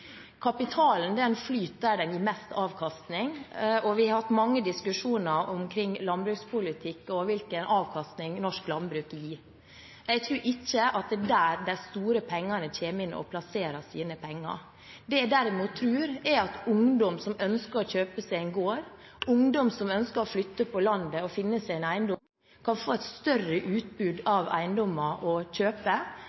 flyter der den gir mest avkastning, og vi har hatt mange diskusjoner omkring landbrukspolitikk og hvilken avkastning norsk landbruk gir. Jeg tror ikke at det er der de store kommer inn og plasserer sine penger. Det jeg derimot tror, er at ungdom som ønsker å kjøpe seg en gård, ungdom som ønsker å flytte på landet og finne seg en eiendom, kan få et større utbud av eiendommer å kjøpe,